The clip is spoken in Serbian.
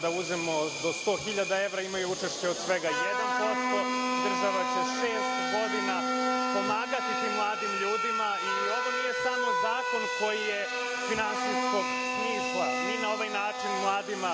koji do 100 hiljada evra imaju učešće od svega 1%, država će šest godina pomagati tim mladim ljudima. Ovo nije samo zakon koji je finansijskog smisla, mi na ovaj način mladima